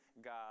God